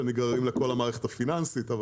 שנגררים לכל המערכת הפיננסית.